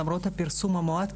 למרות הפרסום המועט.